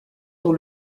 dans